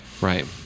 Right